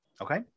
Okay